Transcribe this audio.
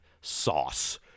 sauce